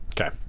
Okay